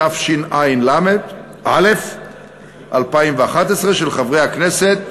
התשע"א 2011, של חברי הכנסת